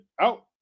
out